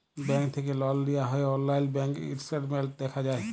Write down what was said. bank থ্যাকে লল লিয়া হ্যয় অললাইল ব্যাংক ইসট্যাটমেল্ট দ্যাখা যায়